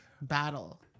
Battle